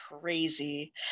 crazy